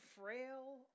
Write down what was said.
frail